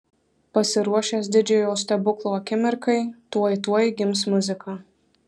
pasiruošęs didžiojo stebuklo akimirkai tuoj tuoj gims muzika